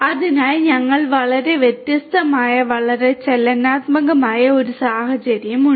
അതിനാൽ ഞങ്ങൾക്ക് വളരെ വ്യത്യസ്തമായ വളരെ ചലനാത്മകമായ ഒരു സാഹചര്യമുണ്ട്